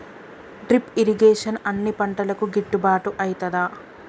Drip irrigation అన్ని పంటలకు గిట్టుబాటు ఐతదా?